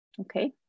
okay